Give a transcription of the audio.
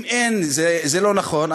אם זה לא נכון,